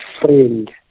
friend